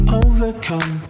overcome